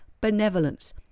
benevolence